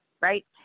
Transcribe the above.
right